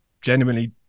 genuinely